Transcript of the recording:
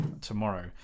tomorrow